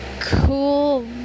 Cool